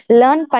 learn